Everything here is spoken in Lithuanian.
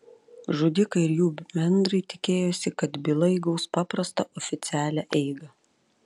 žudikai ir jų bendrai tikėjosi kad byla įgaus paprastą oficialią eigą